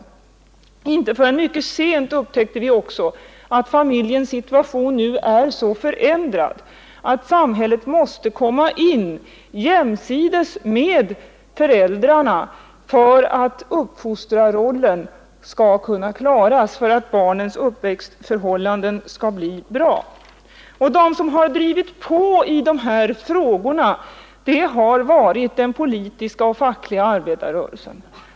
Vi upptäckte likaledes mycket sent att familjens situation nu är så förändrad att samhället måste gå in jämsides med föräldrarna för att uppfostrarrollen skall kunna klaras och barnens uppväxtförhållanden skall kunna bli bra. Den pådrivande kraften i dessa frågor har varit den politiska och fackliga arbetarrörelsen.